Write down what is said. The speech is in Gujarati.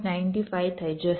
95 થઈ જશે